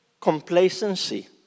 complacency